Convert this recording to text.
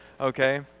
okay